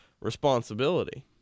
responsibility